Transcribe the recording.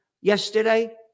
yesterday